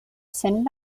fent